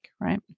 Right